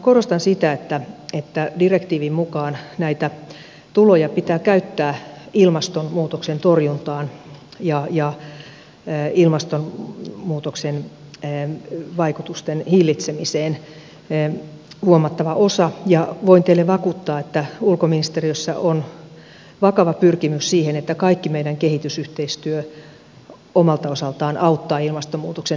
korostan sitä että direktiivin mukaan näitä tuloja pitää käyttää ilmastonmuutoksen torjuntaan ja ilmastonmuutoksen vaikutusten hillitsemiseen huomattava osa ja voin teille vakuuttaa että ulkoministeriössä on vakava pyrkimys siihen että kaikki meidän kehitysyhteistyömme omalta osaltaan auttaa ilmastonmuutoksen torjunnassa